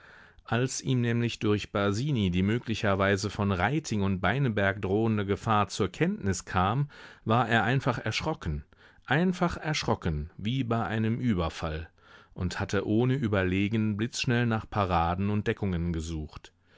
als ihm nämlich durch basini die möglicherweise von reiting und beineberg drohende gefahr zur kenntnis kam war er einfach erschrocken einfach erschrocken wie bei einem überfall und hatte ohne überlegen blitzschnell nach paraden und deckungen gesucht